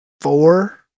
four